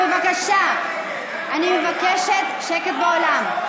בבקשה, אני מבקשת שקט באולם.